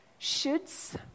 shoulds